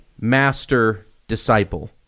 master-disciple